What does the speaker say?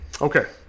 Okay